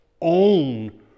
own